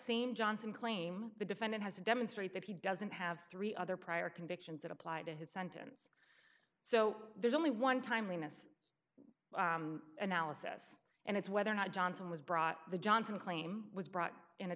same johnson claim the defendant has to demonstrate that he doesn't have three other prior convictions that applied to his sentence so there's only one timeliness analysis and it's whether or not johnson was brought the johnson claim was brought in a